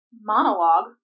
monologue